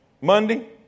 Monday